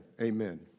amen